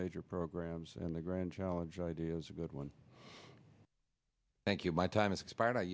major programs and the grand challenge idea is a good one thank you my time is expired i